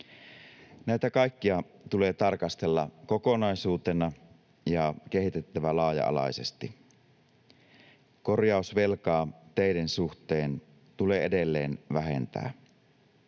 Näitä kaikkia tulee tarkastella kokonaisuutena ja kehittää laaja-alaisesti. Korjausvelkaa teiden suhteen tulee edelleen vähentää.